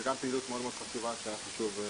זו גם פעילות מאוד מאוד חשובה שהיה חשוב לציין.